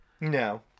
No